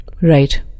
Right